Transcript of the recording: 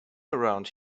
around